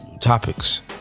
Topics